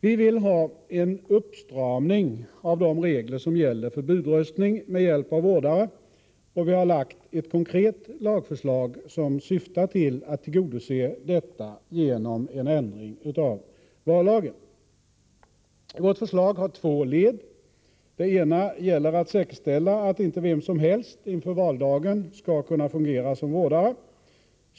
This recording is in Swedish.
Vi vill ha en uppstramning av de regler som gäller för budröstning med hjälp av vårdare, och vi har lagt fram ett konkret lagförslag som syftar till att tillgodose detta genom en ändring av vallagen. Vårt förslag har två led. Det ena gäller att säkerställa att inte vem som helst inför valdagen skall kunna uppträda som vårdare.